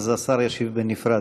ואז השר ישיב בנפרד.